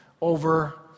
over